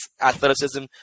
athleticism